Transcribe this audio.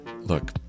Look